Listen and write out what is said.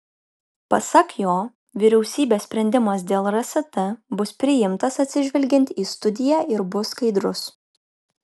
pasak jo vyriausybės sprendimas dėl rst bus priimtas atsižvelgiant į studiją ir bus skaidrus